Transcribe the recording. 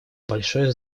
большое